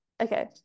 Okay